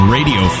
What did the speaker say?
Radio